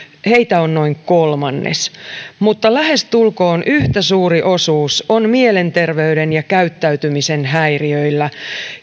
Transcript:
heitä on noin kolmannes mutta lähestulkoon yhtä suuri osuus on mielenterveyden ja käyttäytymisen häiriöillä